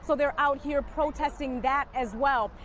so, they're out here protesting that as well.